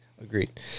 Agreed